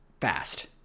fast